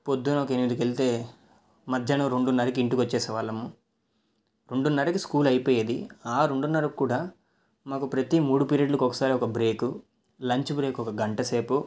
పొద్దున ఒక ఎనిమిదికి వెళితే మధ్యాహ్నం రెండున్నరకి ఇంటికి వచ్చేసే వాళ్ళము రెండున్నరకి స్కూల్ అయిపోయేది ఆ రెండున్నర కూడా మాకు ప్రతీ మూడు పీరియడ్లకు ఒకసారి ఒక బ్రేకు లంచ్ బ్రేక్ ఒక గంట సేపు